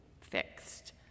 fixed